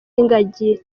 ingagi